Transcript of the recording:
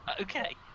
Okay